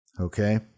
Okay